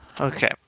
Okay